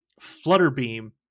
Flutterbeam